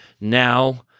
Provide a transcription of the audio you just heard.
Now